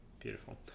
beautiful